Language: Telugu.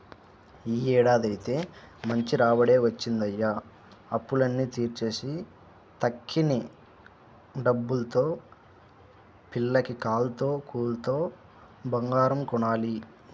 యీ ఏడాదైతే మంచి రాబడే వచ్చిందయ్య, అప్పులన్నీ తీర్చేసి తక్కిన డబ్బుల్తో పిల్లకి కాత్తో కూత్తో బంగారం కొనాల